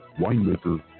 winemaker